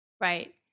Right